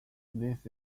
this